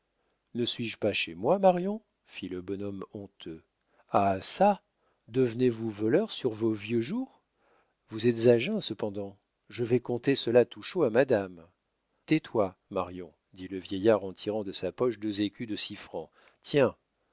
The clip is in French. ne suis-je pas chez moi marion fit le bonhomme honteux ah çà devenez-vous voleur sur vos vieux jours vous êtes à jeun cependant je vas conter cela tout chaud à madame tais-toi marion dit le vieillard en tirant de sa poche deux écus de six francs tiens